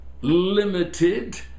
limited